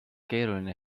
keeruline